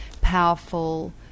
powerful